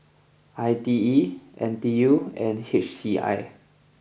I T E N T U and H C I